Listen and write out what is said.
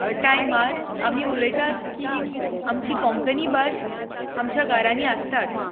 टायमार आमीं उलयतात की आमची कोंकणी भास आमच्या घारांनी आसतात